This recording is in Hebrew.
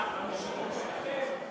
המשילות שלכם,